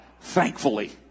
thankfully